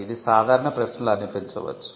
ఇది సాధారణ ప్రశ్నలా అనిపించవచ్చు